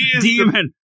demon